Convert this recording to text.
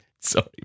sorry